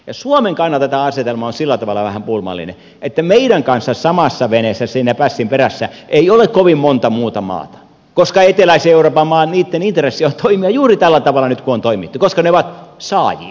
suomen kannalta tämä asetelma on sillä tavalla vähän pulmallinen että meidän kanssamme samassa veneessä siinä pässin perässä ei ole kovin monta muuta maata koska eteläisen euroopan maitten intressi on toimia juuri tällä tavalla kuin nyt on toimittu koska ne ovat saajia